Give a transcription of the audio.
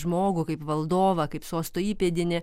žmogų kaip valdovą kaip sosto įpėdinį